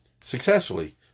successfully